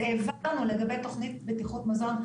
לגבי תוכנית בטיחות מזון,